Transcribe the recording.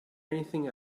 anything